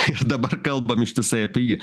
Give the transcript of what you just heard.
ir dabar kalbam ištisai apie jį